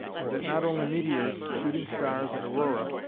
and that not only meteors, shooting stars and aurora,